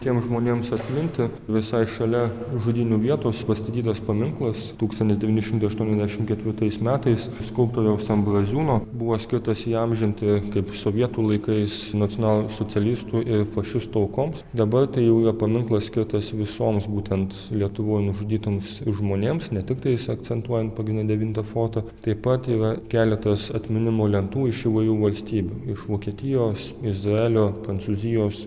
tiems žmonėms atminti visai šalia žudynių vietos pastatytas paminklas tūkstantis devyni šimtai aštuoniasdešimt ketvirtais metais skulptoriaus ambraziūno buvo skirtas įamžinti kaip sovietų laikais nacionalsocialistų ir fašistų aukoms dabar tai jau jo paminklas skirtas visoms būtent lietuvoj nužudytoms žmonėms ne tiktais akcentuojant pagrinde devintą fortą taip pat yra keletas atminimo lentų iš įvairių valstybių iš vokietijos izraelio prancūzijos